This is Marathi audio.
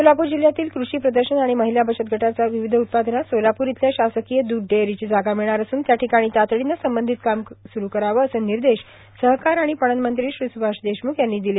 सोलापूर जिल्हयातील क्रषी प्रदर्शन आणि महिला बचत गटाच्या विविध उत्पादनास सोलापूर इथल्या शासकीय दुध डेअरीची जागा मिळणार असून त्या ठिकाणी तातडीनं संबंधितांनी काम सुरू करावं असे निर्देश सहकार आणि पणन मंत्री श्री सुभाष देशमुख यांनी दिले